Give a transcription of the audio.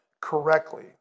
correctly